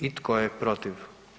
I tko je protiv?